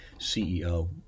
CEO